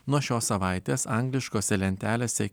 nuo šios savaitės angliškose lentelėse